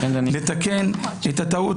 לתקן את הטעות.